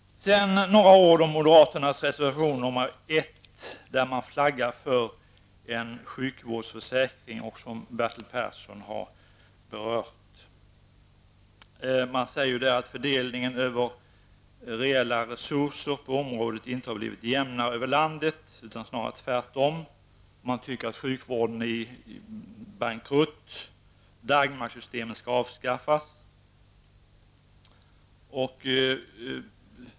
Sedan några ord om moderaternas reservation nr 1 där man, som Bertil Persson har berört, flaggar för en sjukvårdsförsäkring. Man säger där att fördelningen av de reella resurserna på området inte har blivit jämnare över landet utan snarare tvärtom. Man tycker sjukvården är bankrutt och att Dagmarsystemet skall avskaffas.